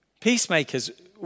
peacemakers